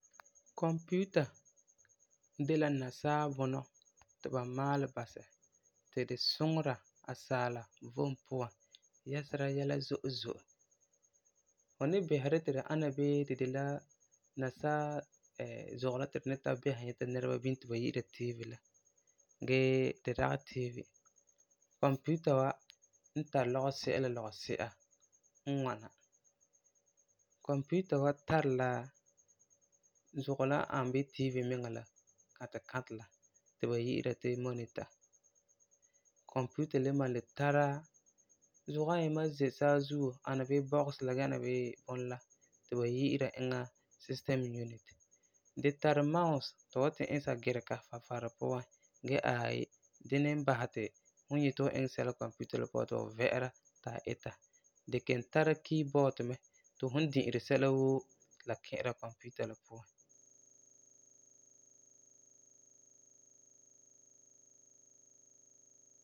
Computer de la nasaa bunɔ ti ba maalɛ basɛ ti di suŋera asaala vom puan yɛsera yɛla zo'e zo'e. Fu ni bisera di tibdi ana bii di de la nasaa zugɔ la ti tu ni tara bisera nyɛta nɛreba bini ti ba yi'ira TV la gee di dagi TV. Computer wa n tari lɔgesi'a n ŋwana; computer wa tari la zugɔ la ani bii TV miŋa la, kãtɛ kãtɛ la ti ba yi'ira ti monitor. Computer le malum le tara zugɔ ayima n ze saazuo, ana bii box la gee ana bii bunɔ la, ti ba yi'ira eŋa system unit. Di tari mouse ti fu wan ti'isɛ sagirega Farefari puan gee aayi, dina, a basɛ ti fu san yeti fu iŋɛ sɛla computer la puan ti fu vɛ'ɛra ti a ita. Di kelum tara keyboard mɛ ti fum n bi'iri sɛla woo, la ki'ira computer la puan.